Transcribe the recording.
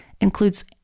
includes